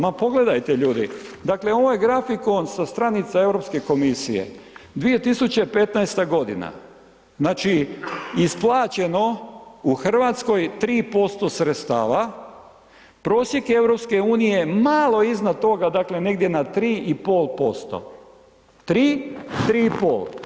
Ma pogledajte ljudi, dakle ovaj grafikon sa stranica Europske komisije, 2015. g., znači isplaćeno u Hrvatskoj 3% sredstava, prosjek je EU-a malo iznad toga, dakle negdje na 3,5%